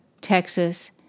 Texas